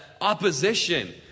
opposition